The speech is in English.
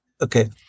Okay